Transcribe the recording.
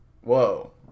whoa